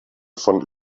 von